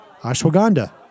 ashwagandha